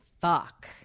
fuck